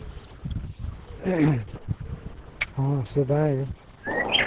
ᱦᱮᱸ ᱥᱮᱫᱟᱭ